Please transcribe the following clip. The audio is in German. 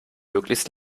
möglichst